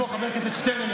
כמו חבר הכנסת שטרן,